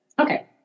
Okay